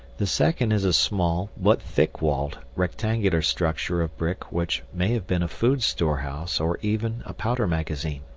the second is a small, but thick-walled, rectangular structure of brick which may have been a food storehouse or even a powder magazine.